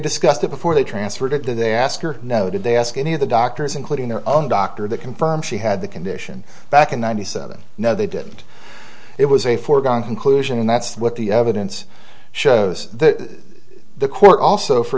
discussed it before they transferred it there they asked her no did they ask any of the doctors including her own doctor that confirmed she had the condition back in ninety seven no they didn't it was a foregone conclusion and that's what the evidence shows that the court also for